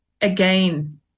again